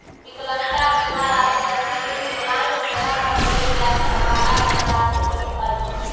विकलांगता बीमा राशि व्यक्ति के विकलांग भेला पर देल जाइ वाला धनराशि होइत अछि